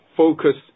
focus